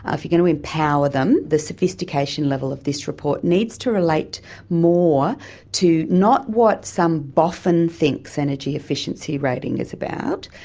ah if you're going to empower them, the sophistication level of this report needs to relate more to not what some boffin thinks energy efficiency rating is about,